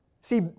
See